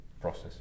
process